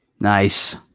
Nice